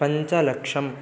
पञ्चलक्षम्